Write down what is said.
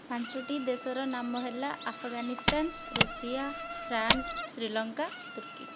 ପାଞ୍ଚଟି ଦେଶର ନାମ ହେଲା ଆଫଗାନିସ୍ତାନ ରୁଷିଆ ଫ୍ରାନ୍ସ ଶ୍ରୀଲଙ୍କା ତୁର୍କୀ